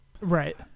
right